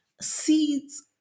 seeds